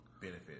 benefit